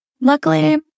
Luckily